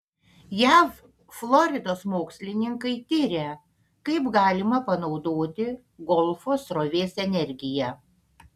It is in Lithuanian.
jav floridos mokslininkai tiria kaip galima panaudoti golfo srovės energiją